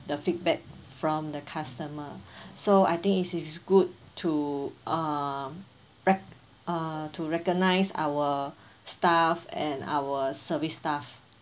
the feedback from the customer so I think it is good to um rec~ uh to recognise our staff and our service staff